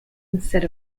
instead